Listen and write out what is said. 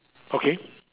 okay